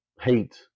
hate